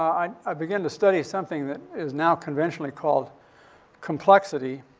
i i began to study something that is now conventionally called complexity.